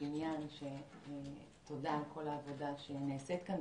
חאקימיאן - תודה על כל העבודה שנעשית כאן.